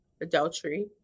adultery